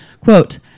Quote